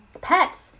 pets